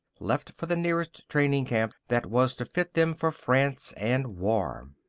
left for the nearest training camp that was to fit them for france and war.